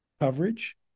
coverage